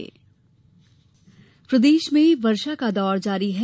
मौसम प्रदेश में वर्षा का दौर जारी है